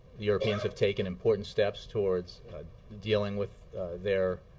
europeans have taken important steps towards dealing with their